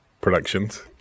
Productions